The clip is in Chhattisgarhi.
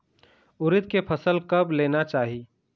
उरीद के फसल कब लेना चाही?